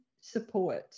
support